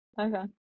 Okay